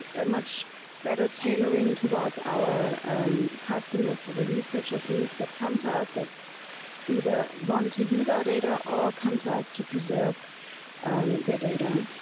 a much better tailoring towards our customers so the researchers needs that come to us that either want to use our data or come to us to preserve their data